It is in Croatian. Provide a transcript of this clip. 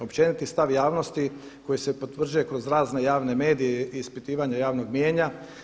Općeniti stav javnosti koji se potvrđuje kroz razne javne medije i ispitivanje javnog mnijenja.